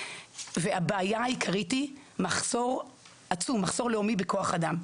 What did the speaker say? והבעיה העיקרית היא מחסור לאומי עצום בכוח אדם.